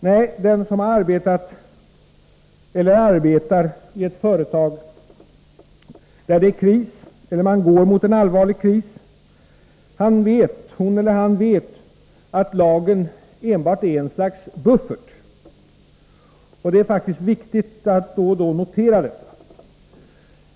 Nej, den som har arbetat eller arbetar i ett företag där det är kris eller man går mot en allvarlig kris vet att lagen enbart är ett slags buffert. Det är faktiskt viktigt att då och då notera detta.